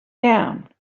down